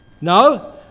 no